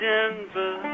Denver